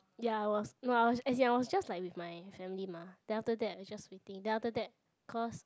ya I was no I was as in I was just like with my family mah then after that I just waiting then after that because